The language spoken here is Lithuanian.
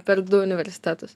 per du universitetus